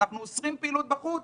אנחנו אוסרים פעילות שהיא